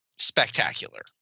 spectacular